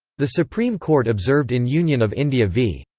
the supreme court observed in union of india v.